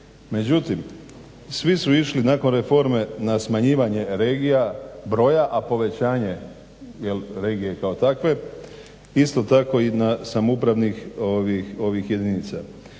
Međutim, svi su išli nakon reforme na smanjivanje regija broja, a povećanje jel' regije kao takve, isto tako i samoupravnih jedinica.